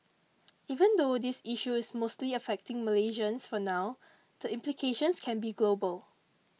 even though this issue is mostly affecting Malaysians for now the implications can be global